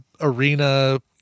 arena